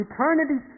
Eternity